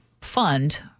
fund